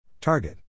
target